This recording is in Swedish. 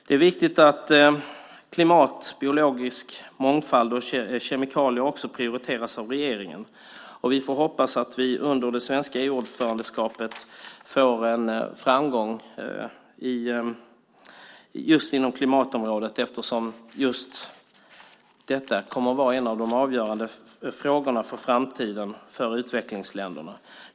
Det är viktigt att frågor om klimat, biologisk mångfald och kemikalier också prioriteras av regeringen. Vi får hoppas att vi under det svenska EU-ordförandeskapet får framgång på klimatområdet eftersom just detta kommer att vara en av de avgörande frågorna för framtiden i utvecklingsländerna.